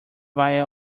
via